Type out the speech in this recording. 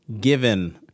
given